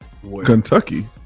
Kentucky